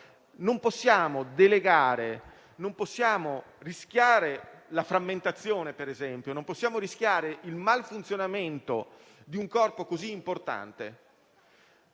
Non possiamo delegare, non possiamo rischiare la frammentazione, non possiamo rischiare il malfunzionamento di un Corpo così importante.